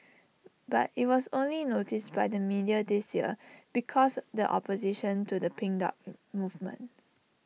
but IT was only noticed by the media this year because the opposition to the pink dot movement